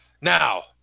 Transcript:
Now